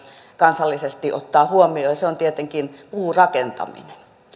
kansallisesti ottaa huomioon ja se on tietenkin puurakentaminen